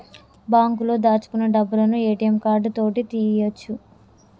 బాంకులో దాచుకున్న డబ్బులను ఏ.టి.యం కార్డు తోటి తీయ్యొచు